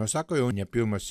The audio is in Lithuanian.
o sako jau ne pirmas